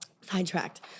sidetracked